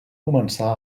començar